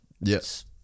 yes